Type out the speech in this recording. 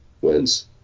wins